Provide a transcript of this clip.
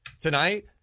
tonight